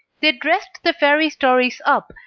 they dressed the fairy stories up,